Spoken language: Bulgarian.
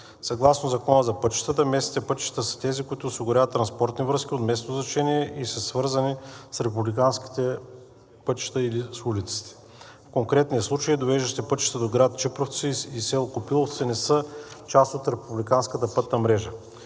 Съгласно Закона за пътищата местните пътища са тези, които осигуряват транспортни връзки от местно значение и са свързани с републиканските пътища или с улиците. В конкретния случай довеждащите пътища до град Чипровци и село Копиловци не са част от републиканската пътна мрежа.